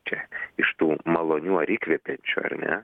čia iš tų malonių ar įkvepiančių ar ne